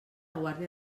guàrdia